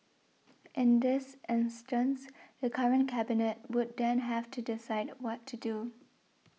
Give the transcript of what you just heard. in this instance the current Cabinet would then have to decide what to do